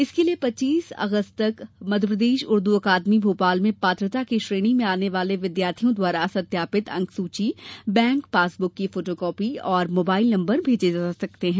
इसर्के लिये पच्चीस अगस्त तक मध्यप्रदेश उर्दू अकादमी भोपाल में पात्रता की श्रेणी में आने वाले विद्यार्थियों द्वारा सत्यापित अंकसूची बैंक पासब्रक की फोटोकापी और मोबाइल नम्बर भेजे जा सकते हैं